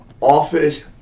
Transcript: office